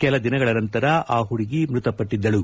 ಕೆಲ ದಿನಗಳ ನಂತರ ಆ ಮಡುಗಿ ಮೃತಪಟ್ಟದ್ದಳು